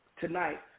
Tonight